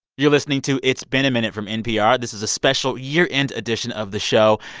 you're listening to it's been a minute from npr. this is a special year-end edition of the show.